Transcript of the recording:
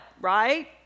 right